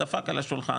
דפק על השולחן,